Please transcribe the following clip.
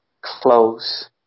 close